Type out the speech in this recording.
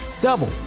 double